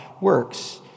works